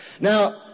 Now